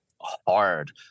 hard